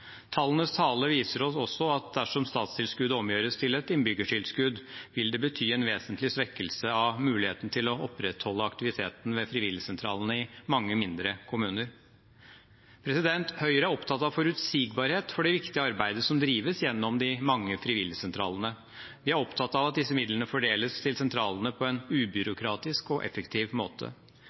Tallenes tale viser oss også at dersom statstilskuddet omgjøres til et innbyggertilskudd, vil det bety en vesentlig svekkelse av muligheten til å opprettholde aktiviteten ved frivilligsentralene i mange mindre kommuner. Høyre er opptatt av forutsigbarhet for det viktige arbeidet som drives gjennom de mange frivilligsentralene. Vi er opptatt av at disse midlene fordeles til sentralene på en ubyråkratisk og effektiv måte.